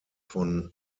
von